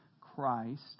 Christ